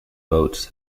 votes